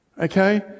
Okay